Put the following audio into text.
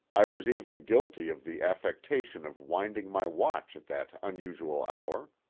i was even guilty of the affectation of winding my watch at that unusual hour,